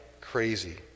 crazy